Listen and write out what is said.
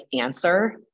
answer